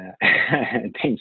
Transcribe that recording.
thanks